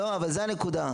לא, אבל זאת הנקודה.